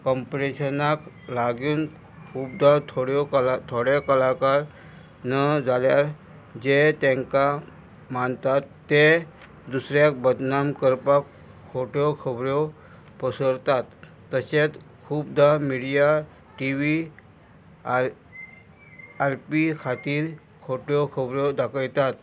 कंपटिशनाक लागून खूबदां थोड्यो कला थोडे कलाकार न जाल्यार जे तांकां मानतात तें दुसऱ्याक बदनाम करपाक खोट्यो खोबऱ्यो पसरतात तशेंत खूबदां media T V R R P खातीर खोट्यो खोबऱ्यो दाखयतात